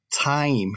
Time